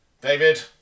David